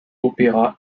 opera